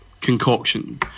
concoction